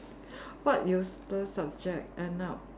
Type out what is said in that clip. what useless subject end up